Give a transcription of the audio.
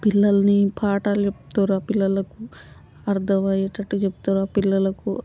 పిల్లలని పాఠాలు చెప్తుర్రా పిల్లలకు అర్థం అయ్యేటట్టు చెప్తుర్రా పిల్లలకు